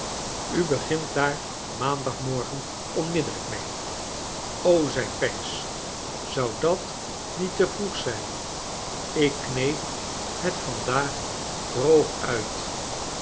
u begint daar maandagmorgen onmiddellijk mee zei pancks zou dat niet te vroeg zijn ik kneep het vandaag droog uit